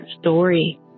story